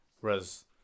whereas